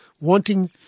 wanting